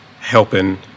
helping